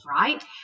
right